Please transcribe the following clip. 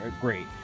great